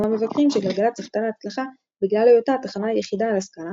המבקרים שגלגלצ זכתה להצלחה בגלל היותה התחנה היחידה על הסקאלה